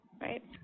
Right